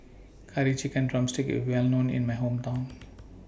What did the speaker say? Curry Chicken Drumstick IS Well known in My Hometown